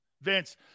Vince